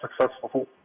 successful